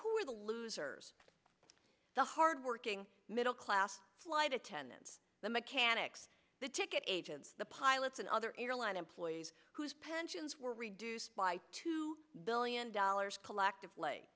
the losers the hardworking middle class flight attendants the mechanics the ticket agents the pilots and other airline employees whose pensions were reduced by two billion dollars collectively